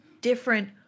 different